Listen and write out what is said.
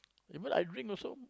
even like I drink also